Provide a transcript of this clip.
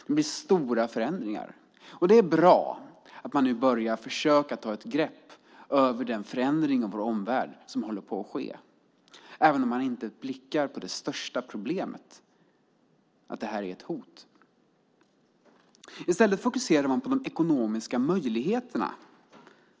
Det blir stora förändringar. Det är bra att man nu börjar försöka ta ett grepp över den förändring av vår omvärld som håller på att ske även om man inte blickar på det största problemet - att det här är ett hot. I stället fokuserar man på de ekonomiska möjligheterna.